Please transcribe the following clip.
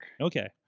Okay